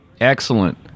Excellent